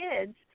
kids